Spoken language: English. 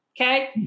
Okay